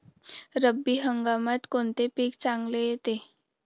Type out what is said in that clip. रब्बी हंगामात कोणते पीक चांगले येते?